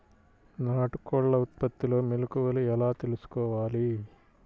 నాటుకోళ్ల ఉత్పత్తిలో మెలుకువలు ఎలా తెలుసుకోవాలి?